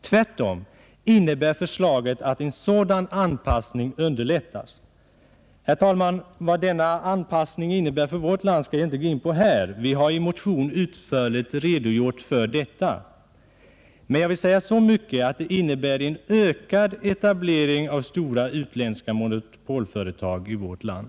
Tvärtom innebär förslaget att en sådan anpassning underlättas.” Herr talman! Vad denna anpassning innebär för Sverige skall jag inte här gå in på — vi har i en motion utförligt redogjort för detta — men jag vill säga så mycket, att den betyder en ökad etablering av stora utländska monopolföretag i vårt land.